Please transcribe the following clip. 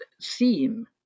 theme